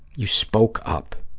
you spoke up.